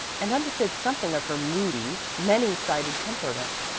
and understood something of her moody, many-sided temperament.